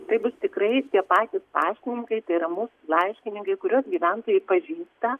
tai bus tikrai tie patys paštininkai tai yra mūsų laiškininkai kuriuos gyventojai pažįsta